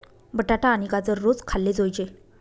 बटाटा आणि गाजर रोज खाल्ले जोयजे